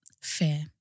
Fair